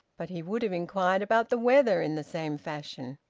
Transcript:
but he would have inquired about the weather in the same fashion.